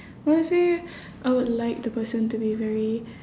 firstly I would like the person to be very